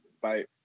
Bye